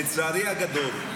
לצערי הגדול,